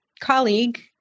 colleague